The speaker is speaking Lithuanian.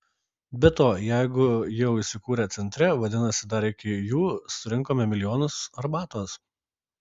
be to jeigu jau įsikūrę centre vadinasi dar iki jų surinkome milijonus arbatos